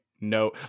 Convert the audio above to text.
no